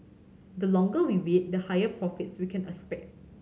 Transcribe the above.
the longer we wait the higher profits we can expect